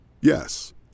Yes